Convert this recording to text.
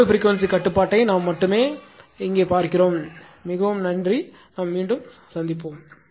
எனவே லோடுப்ரீக்வென்சி கட்டுப்பாட்டை நாம் மட்டுமே எடுப்போம்